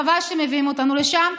חבל שאתם מביאים אותנו לשם.